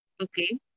Okay